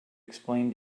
explain